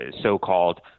so-called